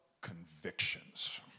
convictions